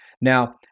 Now